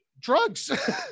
drugs